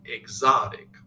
exotic